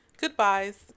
goodbyes